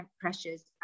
pressures